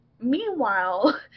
Meanwhile